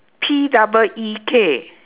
P double E K